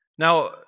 Now